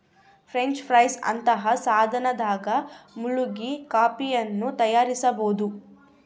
French press ನಂತಹ ಸಾಧನದಾಗ ಮುಳುಗಿ ಕಾಫಿಯನ್ನು ತಯಾರಿಸಬೋದು